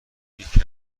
یکی